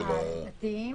הדתיים?